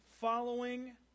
following